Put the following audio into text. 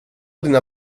dina